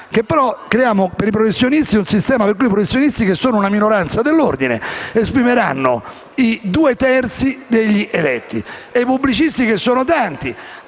cui i professionisti, che sono una minoranza dell'Ordine, esprimeranno i due terzi degli eletti e i pubblicisti, che sono tanti...